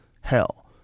hell